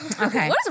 Okay